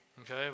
Okay